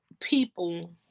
people